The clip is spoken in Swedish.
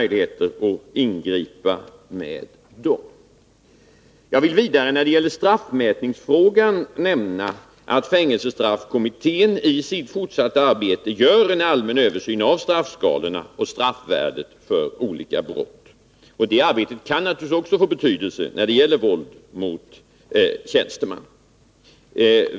Jag vill vidare, när det gäller straffmätningsfrågan, nämna att fängelsestraffkommittén i sitt fortsatta arbete gör en allmän översyn av straffskalorna och straffvärdet för olika brott. Det arbetet kan naturligtvis också vara av betydelse när det gäller våld mot tjänsteman.